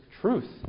truth